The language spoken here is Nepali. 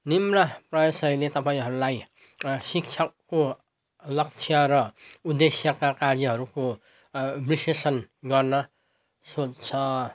निम्न प्रयसयले तपाईँहरलाई शिक्षकको लक्ष्य र उद्देश्यका कार्यहरूको विश्लेषण गर्न सोध्छ